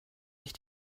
ich